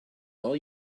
all